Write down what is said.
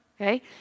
okay